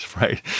right